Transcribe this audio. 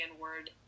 word